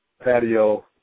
patio